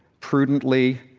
prudently,